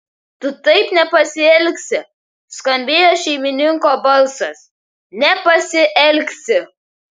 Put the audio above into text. tu taip nepasielgsi skambėjo šeimininko balsas nepasielgsi